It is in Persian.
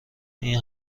این